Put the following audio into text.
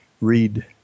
read